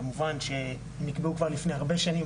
כמובן שנקבעו כבר לפני הרבה שנים,